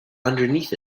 underneath